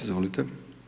Izvolite.